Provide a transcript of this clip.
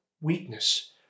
weakness